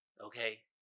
okay